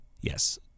Yes